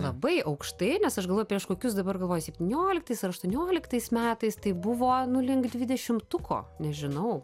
labai aukštai nes aš galvoju prieš kokius dabar galvoju septynioliktais ar aštuonioliktais metais tai buvo nu link dvidešimtuko nežinau